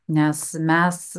nes mes